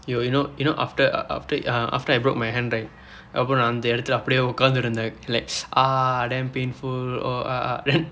oh you know you know after after after I broke my hand right அப்புறம் நான் அந்த இடத்தில் அப்படியே உட்கார்ந்தேன்:appuram naan andtha idaththil appadiyee utkaarndthu irundtheen like ah damn painful oh ah ah then